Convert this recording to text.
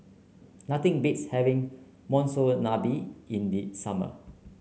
nothing beats having Monsunabe in the summer